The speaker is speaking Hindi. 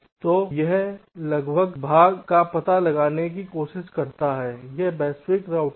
तो यह लगभग भाग का पता लगाने की कोशिश करता है यह वैश्विक रूटिंग है